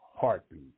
heartbeat